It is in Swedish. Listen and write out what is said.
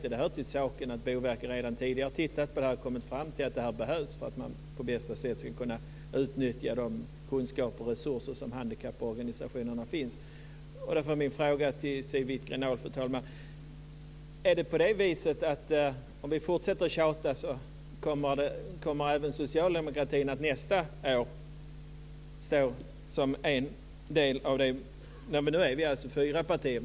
Men det hör till saken att Boverket redan tidigare har tittat på det här och kommit fram till att det behövs för att man på bästa sätt ska kunna utnyttja de kunskaper och resurser som handikapporganisationerna har. Fru talman! Min fråga till Siw Wittgren-Ahl är: Om vi fortsätter att tjata, kommer då även socialdemokratin att nästa år stå som en del i det här? Nu är vi fyra partier.